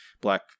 black